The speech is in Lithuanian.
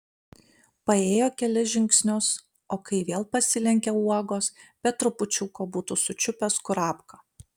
paėjo kelis žingsnius o kai vėl pasilenkė uogos be trupučiuko būtų sučiupęs kurapką